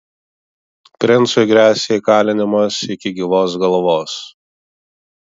princui gresia įkalinimas iki gyvos galvos